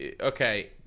okay